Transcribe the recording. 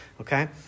okay